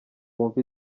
wumve